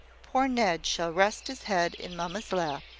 poor ned shall rest his head in mamma's lap.